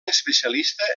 especialista